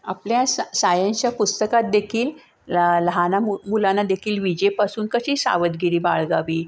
आपल्या सा सायन्सच्या पुस्तकात देकील लहाना मु मुलांना देखील विजेपासून कशी सावधगिरी बाळगावी